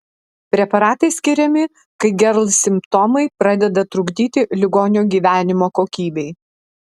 preparatai skiriami kai gerl simptomai pradeda trukdyti ligonio gyvenimo kokybei